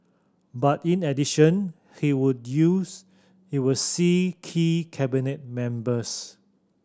but in addition he would use he would see key Cabinet members